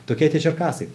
tokie tie čerkasai